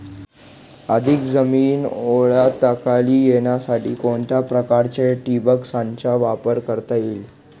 अधिक जमीन ओलिताखाली येण्यासाठी कोणत्या प्रकारच्या ठिबक संचाचा वापर करता येईल?